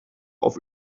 auf